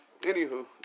Anywho